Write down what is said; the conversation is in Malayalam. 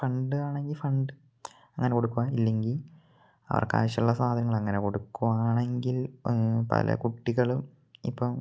ഫണ്ട് ആണെങ്കിൽ ഫണ്ട് അങ്ങനെ കൊടുക്കുവാണ് ഇല്ലെങ്കിൽ അവർക്ക് ആവശ്യമുള്ള സാധനങ്ങൾ അങ്ങനെ കൊടുക്കുക ആണെങ്കിൽ പല കുട്ടികളും ഇപ്പം